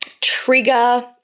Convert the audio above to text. trigger